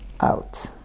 out